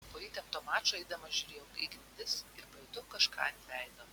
po įtempto mačo eidamas žiūrėjau į grindis ir pajutau kažką ant veido